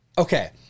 Okay